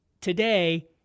today